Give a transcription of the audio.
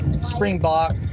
springbok